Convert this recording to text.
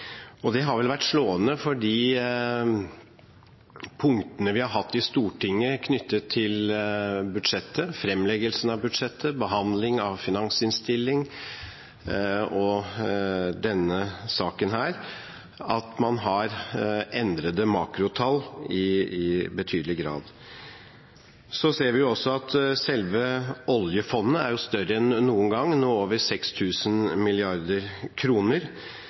Det har vært slående for de punktene vi har hatt i Stortinget knyttet til budsjettet – fremleggelsen av budsjettet, behandlingen av finansinnstillingen og denne saken – at man har endrede makrotall i betydelig grad. Vi ser også at oljefondet er større enn noen gang og nå er på over